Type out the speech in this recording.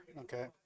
okay